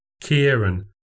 Kieran